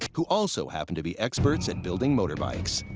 who also happen to be experts at building motorbikes.